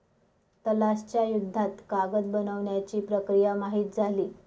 तलाश च्या युद्धात कागद बनवण्याची प्रक्रिया माहित झाली